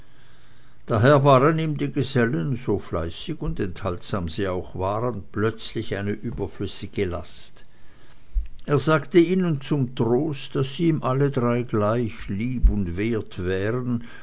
daher waren ihm die gesellen so fleißig und enthaltsam sie auch waren plötzlich eine überflüssige last er sagte ihnen zum trost daß sie ihm alle drei gleich lieb und wert wären